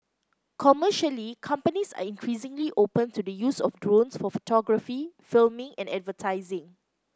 commercially companies are increasingly open to the use of drones for photography filming and advertising